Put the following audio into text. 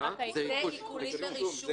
אתה עושה עיקולים ברישום.